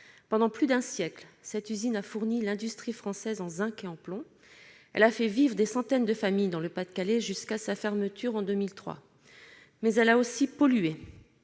Pendant plus d'un siècle, cette usine a fourni l'industrie française en zinc et en plomb. Elle a fait vivre des centaines de familles dans le Pas-de-Calais jusqu'à sa fermeture en 2003, mais elle a aussi pollué